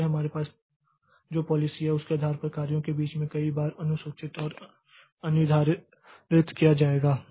इसलिए हमारे पास जो पॉलिसी है उसके आधार पर कार्यों के बीच में कई बार अनुसूचित और अनिर्धारित किया जाएगा